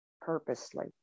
purposely